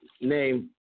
name